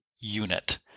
unit